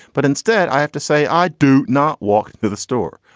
but instead i have to say i do not walk to the store.